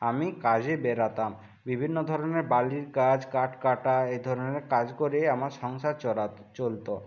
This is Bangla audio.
আমি কাজে বেরতাম বিভিন্ন ধরনের বালির কাজ কাঠ কাটা এ ধরনের কাজ করেই আমার সংসার চলত